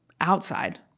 outside